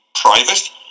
private